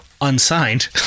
unsigned